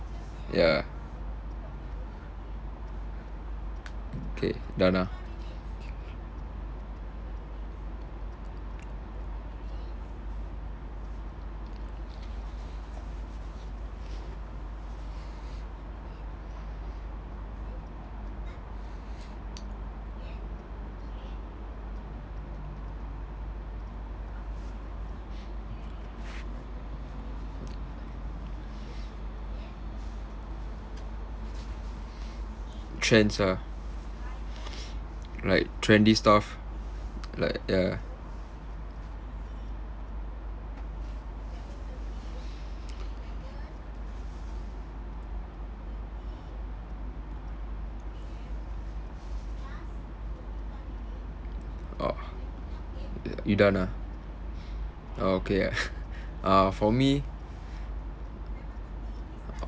ya okay done ah trends ah like trendy stuff like ya orh you done ah oh okay uh for me